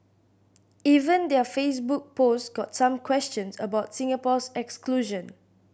even their Facebook post got some questions about Singapore's exclusion